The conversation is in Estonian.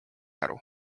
aru